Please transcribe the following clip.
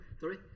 Sorry